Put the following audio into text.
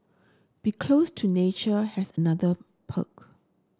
be close to nature has another perk